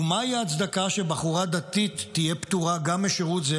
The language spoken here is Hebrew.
ומהי ההצדקה שבחורה דתית תהיה פטורה גם משירות זה"